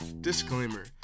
Disclaimer